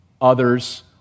others